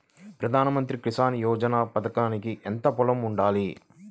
ప్రధాన మంత్రి కిసాన్ యోజన పథకానికి ఎంత పొలం ఉండాలి?